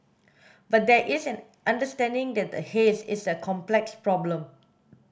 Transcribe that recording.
but there is an understanding that the haze is a complex problem